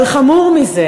אבל חמור מזה,